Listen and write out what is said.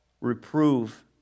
reprove